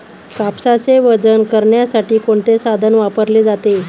कापसाचे वजन करण्यासाठी कोणते साधन वापरले जाते?